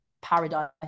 paradise